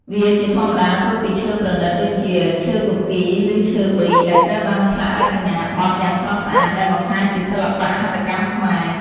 វាជាធម្មតាធ្វើពីឈើប្រណីតដូចជាឈើគគីរ ឬឈើបេង ដែលត្រូវបានឆ្លាក់រចនាបថយ៉ាងស្រស់ស្អាត ដែលបង្ហាញពីសិល្បៈហត្ថកម្មខ្មែរ។